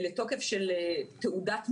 לתוקף של תעודת מוגן,